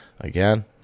again